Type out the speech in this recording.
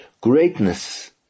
greatness